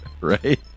Right